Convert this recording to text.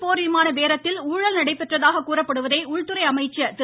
பேல் போர் விமான பேரத்தில் ஊழல் நடைபெற்றதாக கூறப்படுவதை உள்துறை அமைச்சர் திரு